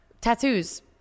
tattoos